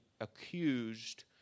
accused